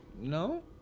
no